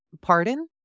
Pardon